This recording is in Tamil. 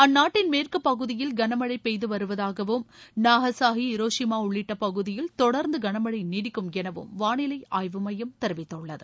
அந்நாட்டின் மேற்கு பகுதியில் கன மழை பெய்து வருவதாகவும் நாகாசாகி ஹிரோஷிமா உள்ளிட்ட பகுதியில் தொடர்ந்து கன மழை நீடிக்கும் எனவும் வானிலை ஆய்வு மையம் தெரிவித்துள்ளது